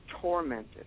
tormented